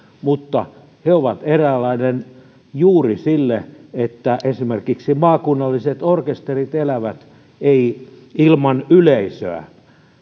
he ovat eräänlainen juuri sille että esimerkiksi maakunnalliset orkesterit elävät ilman yleisöä eivät